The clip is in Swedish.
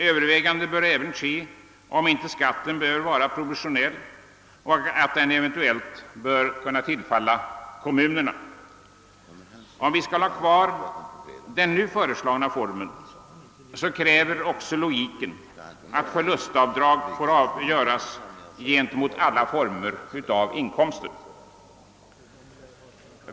Övervägande bör även göras om huruvida inte skatten bör vara proportionell och eventuellt kunna tillfalla kommunerna. Om vi skall ha kvar den nu föreslagna formen, kräver logiken att förlustavdrag får göras på alla former av inkomster.